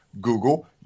Google